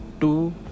two